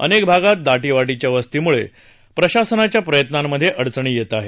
अनेक भागात दाटीवाटीच्या वस्तीमुळे प्रशासनाच्या प्रयत्नांमधे अडचणी येत आहेत